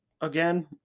Again